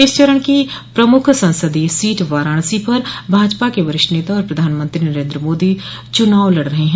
इस चरण की प्रमुख संसदीय सीट वाराणसी में भाजपा के वरिष्ठ नेता और प्रधानमंत्री नरेन्द्र मोदी चुनाव लड़ रहे हैं